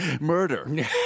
Murder